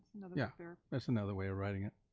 another yeah yeah, that's another way of writing it.